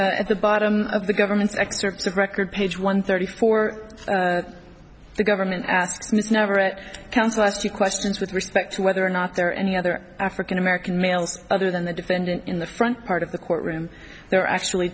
m at the bottom of the government's excerpts of record page one thirty four the government asks never at counsel asked you questions with respect to whether or not there are any other african american males other than the defendant in the front part of the courtroom there are actually